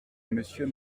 monsieur